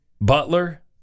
Butler